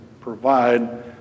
provide